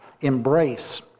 embrace